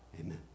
Amen